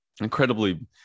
incredibly